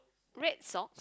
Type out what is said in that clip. red socks